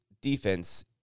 defense